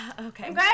Okay